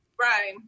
Right